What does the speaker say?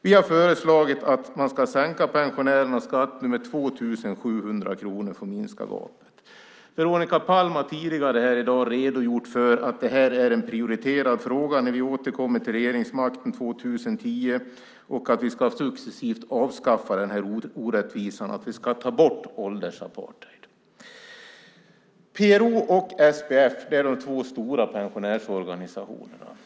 Vi har föreslagit att man ska sänka pensionärernas skatter med 2 700 kronor för att minska gapet. Veronica Palm har tidigare här i dag redogjort för att det här är en prioriterad fråga när vi återkommer till regeringsmakten 2010 och att vi successivt ska avskaffa den här orättvisan och ta bort åldersapartheid. PRO och SPF är de två stora pensionärsorganisationerna.